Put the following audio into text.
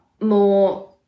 more